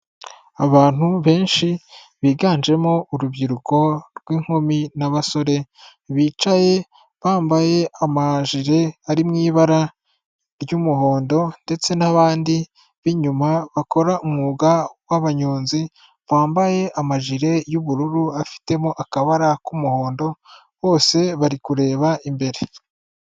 Abantu benshi biganjemo urubyiruko rw'inkumi n'abasore, bicaye bambaye amajire ari mu ibara ry'umuhondo ndetse n'abandi b'inyuma bakora umwuga w'abanyonzi, bambaye amajire y'ubururu, afitemo akabara k'umuhondo, bose bari kureba imbere.